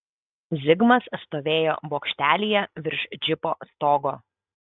zigmas stovėjo bokštelyje virš džipo stogo